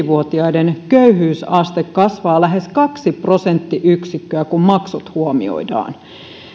vuotiaiden köyhyysaste kasvaa lähes kaksi prosenttiyksikköä kun maksut huomioidaan